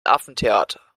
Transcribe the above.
affentheater